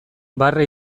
barre